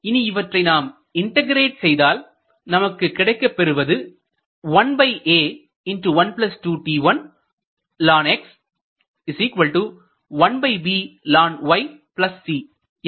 இனி இவற்றை நாம் இன்டகிரேட் செய்தால் நமக்கு கிடைக்கப் பெறுவது என்ற சமன்பாடு ஆகும்